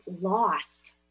lost